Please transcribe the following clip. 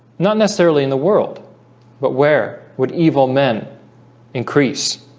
not necessarily in the world but where would evil men increase